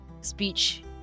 speech